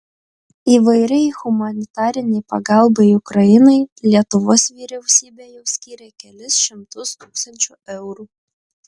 įvairiai humanitarinei pagalbai ukrainai lietuvos vyriausybė jau skyrė kelis šimtus tūkstančių eurų